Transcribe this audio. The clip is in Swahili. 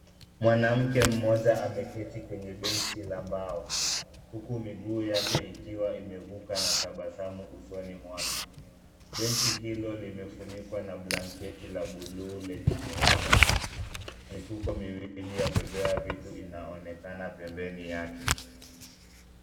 Mwanamke mmoja ameketi kwenye benji la mbao huku miguu yake ikiwa imevuka na tabasamu usoni mwake. Benji hilo limefunikwa na blanketi la bluu lenye miraba. Mifuko miwili ya kubebea vitu inaonekana pembeni yake.